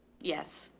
yes.